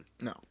No